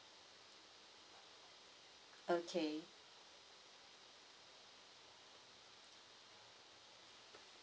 okay